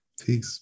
Peace